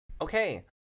okay